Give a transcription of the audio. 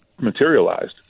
materialized